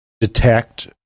detect